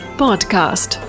podcast